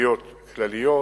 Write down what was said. ותשתיות כלליות.